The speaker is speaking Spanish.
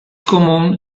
común